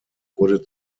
wurde